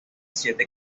siete